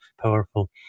powerful